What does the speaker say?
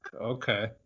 Okay